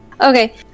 okay